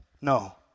No